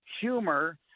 humor